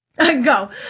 Go